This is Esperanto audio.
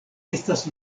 estas